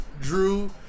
drew